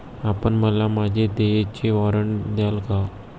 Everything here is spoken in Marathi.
आपण मला माझे देयचे वॉरंट द्याल का?